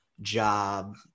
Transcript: job